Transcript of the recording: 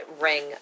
ring